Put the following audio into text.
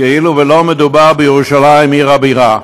כאילו לא מדובר בירושלים עיר הבירה.